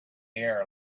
air